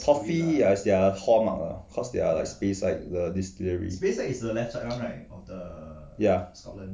toffee ya is their hallmark lah cause they are like taste like this distillery ya